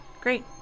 great